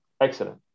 Excellent